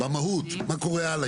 מה קורה הלאה,